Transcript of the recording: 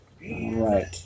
right